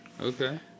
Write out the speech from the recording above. Okay